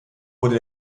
wurde